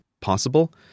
possible